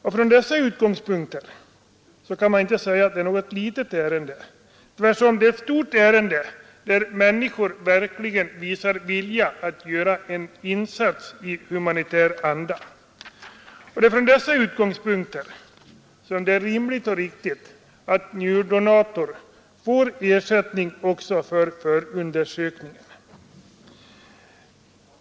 Därför kan man inte säga att det är något litet ärende — tvärtom är det ett stort ärende, där människor verkligen visar vilja att göra en insats i humanitär anda. Det är från dessa utgångspunkter som det är rimligt och riktigt att njurdonator får ersättning också för förundersökningarna.